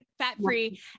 Fat-free